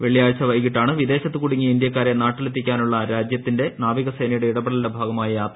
വെള്ളിയാഴ്ച വൈകിട്ടാണ് വിദേശത്ത് കുടുങ്ങിയ ഇന്ത്യക്കാരെ നാട്ടിലെത്തിക്കാനുള്ള രാജ്യത്തിന് നാവിക സേനയുടെ ഇടപെടലിന്റെ ഭാഗമായ യാത്ര ആരംഭിച്ചത്